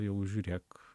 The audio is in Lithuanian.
jau žiūrėk